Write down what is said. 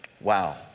Wow